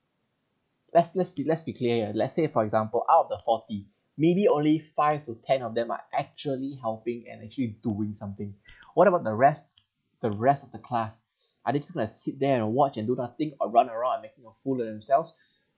let's let's be let's be clear here let's say for example out of the forty maybe only five to ten of them are actually helping and actually doing something what about the rest the rest of the class are they simply like sit there and watch and do nothing or run around making a fool themselves